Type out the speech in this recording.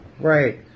Right